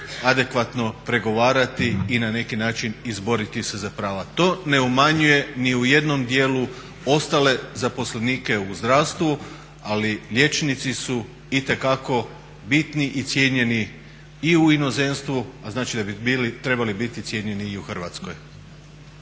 adekvatno pregovarati i na neki način izboriti se za prava. To ne umanjuje ni u jednom dijelu ostale zaposlenike u zdravstvu, ali liječnici su itekako bitni i cijenjeni i u inozemstvu, a znači da bi trebali biti cijenjeni i u Hrvatskoj.